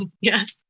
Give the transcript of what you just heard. Yes